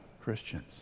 Christians